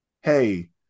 Hey